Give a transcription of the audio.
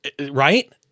Right